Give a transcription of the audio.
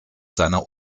seiner